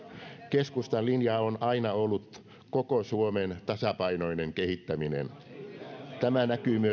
keskustan linja on aina ollut koko suomen tasapainoinen kehittäminen tämä näkyy myös budjetissa